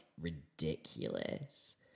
ridiculous